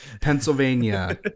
Pennsylvania